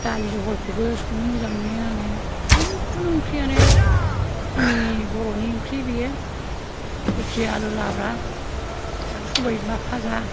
दालि जहलखौबो संनो मोजां मोनो आङो समपुर्न ओंख्रियानो जोंनि बर'नि ओंख्रि बियो कबि आलु लाब्रा आरो सबाय बिमा फाजा